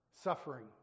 suffering